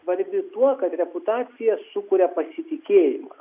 svarbi tuo kad reputacija sukuria pasitikėjimą